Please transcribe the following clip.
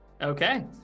Okay